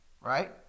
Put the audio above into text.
Right